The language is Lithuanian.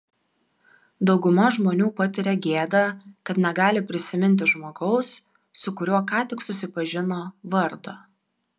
dauguma žmonių patiria gėdą kad negali prisiminti žmogaus su kuriuo ką tik susipažino vardo